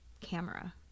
camera